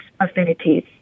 affinities